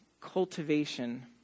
cultivation